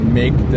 make